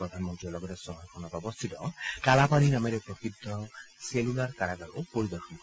প্ৰধানমন্ত্ৰীয়ে লগতে চহৰখনত অৱস্থিত কালাপানী নামেৰে প্ৰসিদ্ধ চেলুলাৰ কাৰাগাৰো পৰিদৰ্শন কৰিব